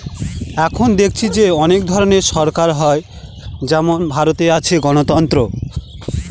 এখন দেখেছি যে অনেক ধরনের সরকার হয় যেমন ভারতে আছে গণতন্ত্র